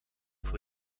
for